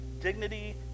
dignity